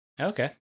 Okay